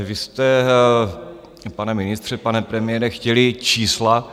Vy jste, pane ministře, pane premiére, chtěli čísla.